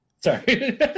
Sorry